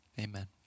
Amen